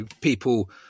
people